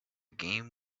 game